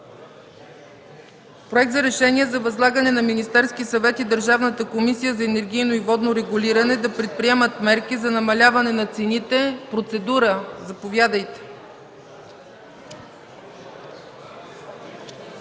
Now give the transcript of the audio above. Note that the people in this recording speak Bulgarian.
Проект за решение за възлагане на Министерския съвет и на Държавната комисия по енергийно и водно регулиране да предприемат мерки за намаляване на цените на електрическата